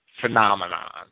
phenomenon